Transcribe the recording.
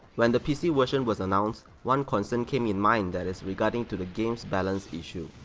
when the pc version was announced, one concern came in mind that is regarding to the game's balance issue.